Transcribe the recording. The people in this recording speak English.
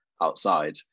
outside